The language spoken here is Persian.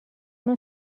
نوع